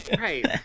Right